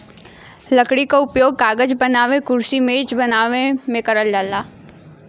लकड़ी क उपयोग कागज बनावे मेंकुरसी मेज बनावे में करल जाला